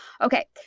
Okay